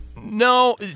No